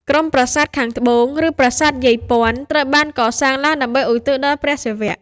ក្រុមប្រាសាទខាងត្បូង ឬប្រាសាទយាយព័ន្ធ ត្រូវបានកសាងឡើងដើម្បីឧទ្ទិសដល់ព្រះសិវៈ។